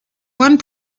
one